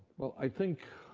well, i think